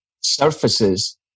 surfaces